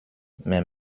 mais